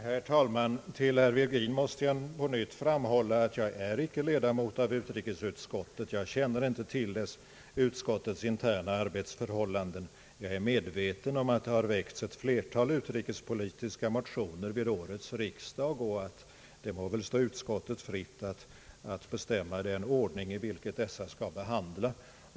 Herr talman! För herr Virgin måste jag på nytt framhålla, att jag inte är ledamot av utrikesutskottet. Jag känner inte till detta utskotts interna arbetsförhållanden. Jag är medveten om att det har väckts ett flertal utrikespolitiska motioner vid årets riksdag. Det må väl stå utskottet fritt att bestämma i vilken ordning dessa motioner skall behandlas.